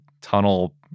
tunnel